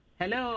Hello